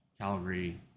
Calgary